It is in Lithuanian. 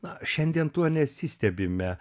na šiandien tuo nesistebime